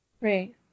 Right